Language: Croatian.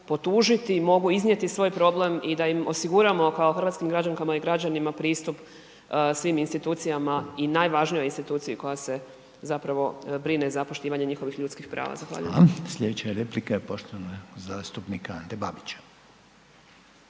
potužiti i mogu iznijeti svoj problem i da im osiguramo kao hrvatskim građankama i građanima pristup svim institucijama i najvažnijoj instituciji koja se brine za poštivanje njihovih ljudskih prava. Zahvaljujem. **Reiner, Željko (HDZ)** Hvala. Sljedeća je replika poštovanog zastupnika Ante Babića.